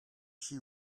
she